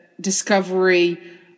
discovery